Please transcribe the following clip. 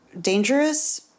dangerous